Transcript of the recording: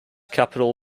capital